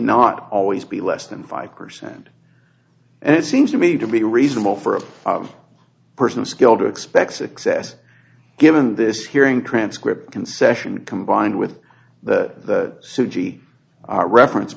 not always be less than five percent and it seems to me to be reasonable for a person skilled to expect success given this hearing transcript concession combined with the sujit reference